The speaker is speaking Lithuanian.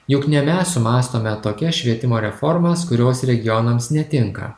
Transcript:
juk ne mes sumąstome tokias švietimo reformas kurios regionams netinka